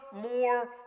more